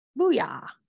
Booyah